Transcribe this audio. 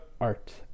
art